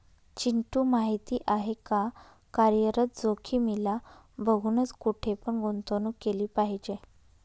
चिंटू माहिती आहे का? कार्यरत जोखीमीला बघूनच, कुठे पण गुंतवणूक केली पाहिजे